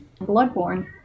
Bloodborne